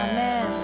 Amen